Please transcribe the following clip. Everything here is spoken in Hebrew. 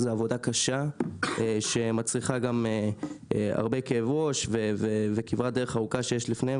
זו עבודה קשה שמצריכה גם הרבה כאב ראש וכברת דרך ארוכה שיש לפניהם.